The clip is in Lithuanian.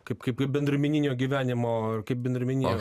kaip kaip bendruomeninio gyvenimo kaip bendruomeninio